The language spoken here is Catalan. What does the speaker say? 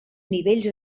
nivells